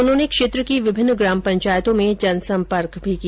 उन्होंने क्षेत्र की विभिन्न ग्राम पंचायतों में जनसंपर्क भी किया